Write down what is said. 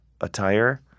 attire